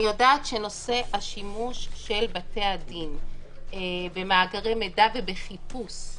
אני יודעת שנושא השימוש של בתי הדין במאגרי מידע ובחיפוש,